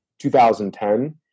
2010